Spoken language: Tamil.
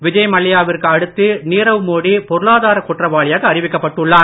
விஜய் மல்லய்யா விற்கு அடுத்து நீரவ் மோடி பொருளாதார குற்றவாளியாக அறிவிக்கப் பட்டுள்ளார்